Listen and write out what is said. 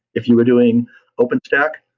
if you were doing openstack,